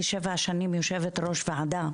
כשבע שנים יושבת ראש וועדה,